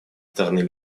стороны